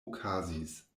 okazis